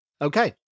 Okay